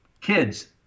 kids